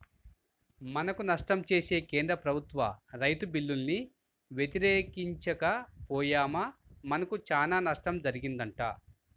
మనకు నష్టం చేసే కేంద్ర ప్రభుత్వ రైతు బిల్లుల్ని వ్యతిరేకించక పొయ్యామా మనకు చానా నష్టం జరిగిద్దంట